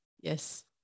Yes